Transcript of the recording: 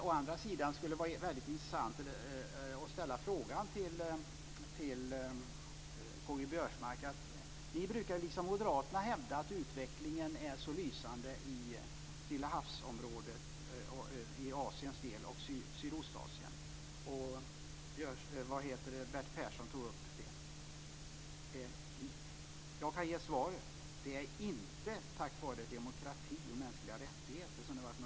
Å andra sidan skulle det vara mycket intressant att höra K-G Biörsmarks åsikt om en sak. Ni brukar, liksom Moderaterna, hävda att utvecklingen i Stillahavsområdet och Sydostasien är så lysande. Bertil Persson tog upp det. Men det är inte tack vare demokrati och mänskliga rättigheter som det varit en lysande utveckling där.